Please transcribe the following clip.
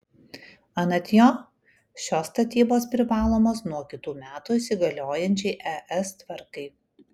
anot jo šios statybos privalomos nuo kitų metų įsigaliosiančiai es tvarkai